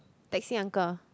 taxi uncle